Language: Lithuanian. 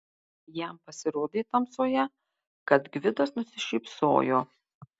jam pasirodė tamsoje kad gvidas nusišypsojo